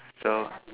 so